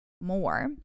more